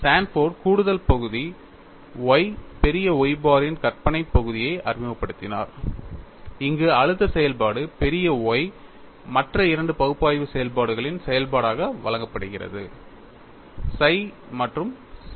Sanford கூடுதல் பகுதி y பெரிய Y பாரின் கற்பனை பகுதியை அறிமுகப்படுத்தினார் அங்கு அழுத்த செயல்பாடு பெரிய Y மற்ற இரண்டு பகுப்பாய்வு செயல்பாடுகளின் செயல்பாடாக வழங்கப்படுகிறது psi மற்றும் chi